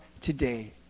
today